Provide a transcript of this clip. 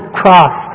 cross